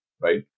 right